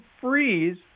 freeze